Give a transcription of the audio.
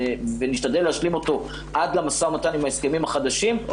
ונשתדל להשלים אותו עד למשא ומתן עם ההסכמי החדשים,